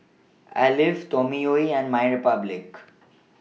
Alive Toyomi and My Republic